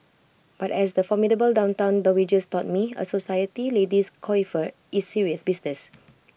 but as the formidable downtown dowagers taught me A society lady's coiffure is serious business